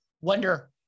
wonder